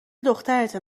دخترته